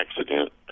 accident